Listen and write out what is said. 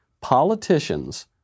Politicians